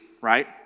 right